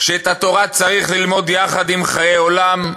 שאת התורה צריך ללמוד יחד עם חיי עולם,